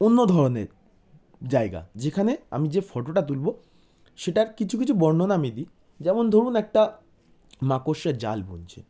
অন্য ধরনের জায়গা যেখানে আমি যে ফটোটা তুলব সেটার কিছু কিছু বর্ণনা আমি দিই যেমন ধরুন একটা মাকড়শা জাল বুনছে